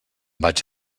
vaig